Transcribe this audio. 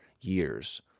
years